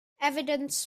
evidence